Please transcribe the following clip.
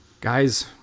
guys